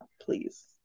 Please